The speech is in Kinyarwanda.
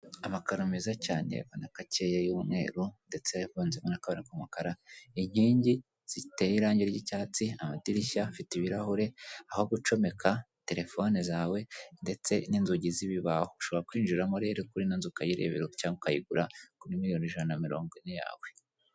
Amakaro meza cyane abona ko akeye y'umweru, ndetse avanzemo n'akabara k'umukara, inkingi ziteye irangi ry'icyatsi, amadirishya afite ibirahure, aho gucomeka telefone zawe, ndetse n'inzugi z'ibibaho. Ushobora kwinjiramo rero kuri ino nzu ukayirebera cyangwa ukayigura, kuri miliyoni ijana na mirongo ine zawe.